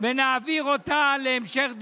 ונעביר אותה להמשך דיון.